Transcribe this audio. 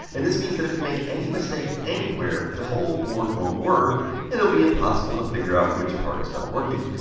and this means that if you make any mistake anywhere, the whole board won't work and it will be impossible to figure out which part is not working.